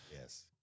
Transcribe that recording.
Yes